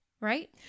Right